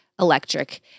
electric